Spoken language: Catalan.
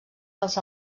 dels